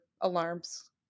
alarms